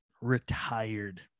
retired